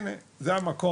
הנה, זה המקום.